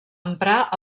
emprar